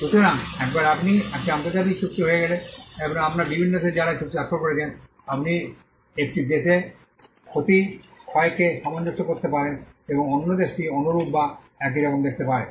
সুতরাং একবার আপনি একটি আন্তর্জাতিক চুক্তি হয়ে গেলে এবং আপনার বিভিন্ন দেশ যারা এই চুক্তিতে স্বাক্ষর করেছেন আপনি একটি দেশে ক্ষতি ক্ষয়কে সামঞ্জস্য করতে পারেন এবং অন্য দেশটি অনুরূপ বা একইরকম দেখতে পারে